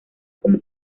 como